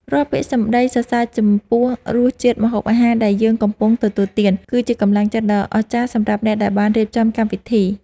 រាល់ពាក្យពេចន៍សរសើរចំពោះរសជាតិម្ហូបអាហារដែលយើងកំពុងទទួលទាន គឺជាកម្លាំងចិត្តដ៏អស្ចារ្យសម្រាប់អ្នកដែលបានរៀបចំកម្មវិធី។